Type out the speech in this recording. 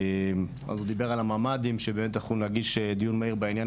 הוא דיבר על הממ"דים שבאמת נגיש דיון מהיר בעניין